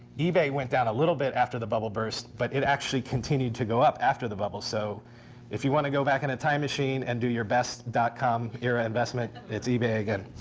ebay went down a little bit after the bubble burst, but it actually continued to go up after the bubble. so if you want to go back in a time machine and do your best dot-com era investment, it's ebay again.